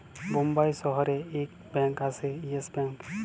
বোম্বাই শহরে ইক ব্যাঙ্ক আসে ইয়েস ব্যাঙ্ক